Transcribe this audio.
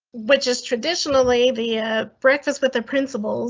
which is traditionally the ah breakfast with the principles